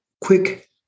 quick